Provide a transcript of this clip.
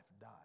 died